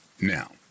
Now